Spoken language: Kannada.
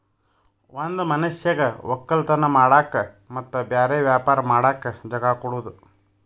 ಒಂದ್ ಮನಷ್ಯಗ್ ವಕ್ಕಲತನ್ ಮಾಡಕ್ ಮತ್ತ್ ಬ್ಯಾರೆ ವ್ಯಾಪಾರ ಮಾಡಕ್ ಜಾಗ ಕೊಡದು